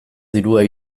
dirua